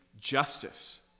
justice